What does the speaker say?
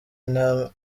nta